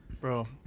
Bro